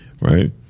Right